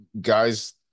guys